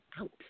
Out